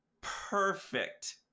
perfect